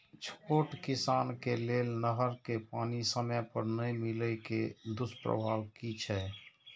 छोट किसान के लेल नहर के पानी समय पर नै मिले के दुष्प्रभाव कि छै?